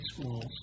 schools